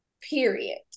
Period